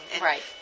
Right